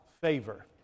favor